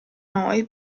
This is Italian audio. noi